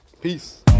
Peace